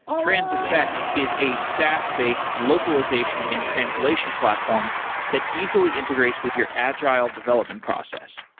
transifex is a saas based localization and translation platform that easily integrates with your agile development process.